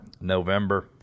November